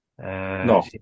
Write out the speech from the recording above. No